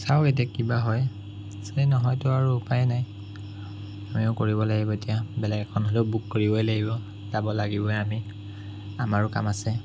চাওক এতিয়া কি বা হয় যদি নহয়তো আৰু উপায় নাই আমিও কৰিব লাগিব এতিয়া বেলেগ এখন হ'লেও বুক কৰিবই লাগিব যাব লাগিবই আমি আমাৰো কাম আছে